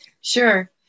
Sure